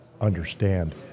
understand